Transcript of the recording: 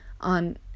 on